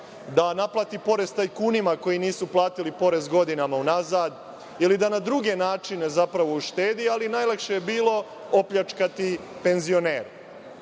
da naplati porez tajkunima, koji nisu platili porez godinama unazad, ili da na druge načine, zapravo, uštedi, ali najlakše je bilo opljačkati penzionere. Posle